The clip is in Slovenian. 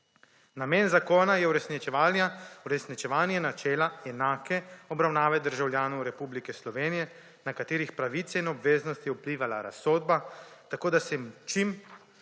Namen zakona je uresničevanje načela enake obravnave državljanov Republike Slovenije, na katerih pravice in obveznosti je vplivala razsodba, tako da se jim